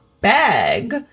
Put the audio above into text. bag